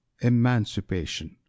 emancipation